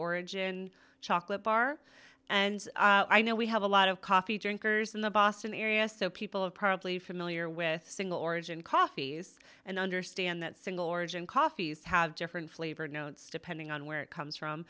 origin chocolate bar and i know we have a lot of coffee drinkers in the boston area so people are probably familiar with single origin coffees and understand that single origin coffees have different flavor notes depending on where it comes from